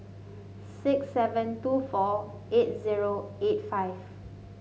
six seven two four eight zero eight five